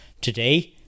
today